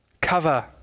cover